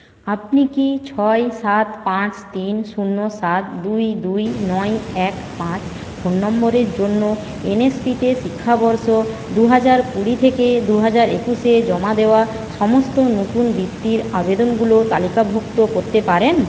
আপনি কি ছয় সাত পাঁচ তিন শূন্য সাত দুই দুই নয় এক পাঁচ ফোন নম্বরের জন্য এন এস পি তে শিক্ষাবর্ষ দু হাজার কুড়ি থেকে দু হাজার একুশে জমা দেওয়া সমস্ত নতুন বৃত্তির আবেদনগুলো তালিকাভুক্ত করতে পারেন